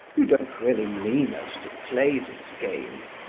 you don't really mean us to play this game.